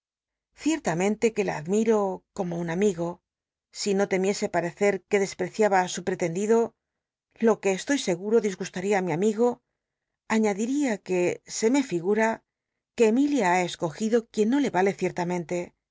ciertamente que la admir'o como un amigo si no temiese parecer que des preciaba á su pretendido lo que estoy seguro disgustaria í mi amigo aiíadiria que se me llgura c ue emilia ha escogido quien no le yalc cierl